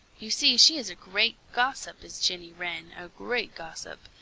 you see she is a great gossip, is jenny wren, a great gossip.